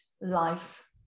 life